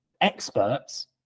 experts